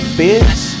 bitch